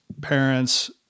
parents